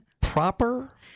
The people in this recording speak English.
proper